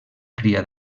cria